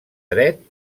dret